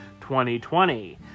2020